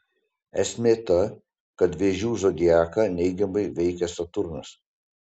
esmė ta kad vėžių zodiaką neigiamai veikia saturnas